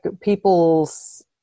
people's